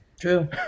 True